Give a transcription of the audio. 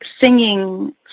singing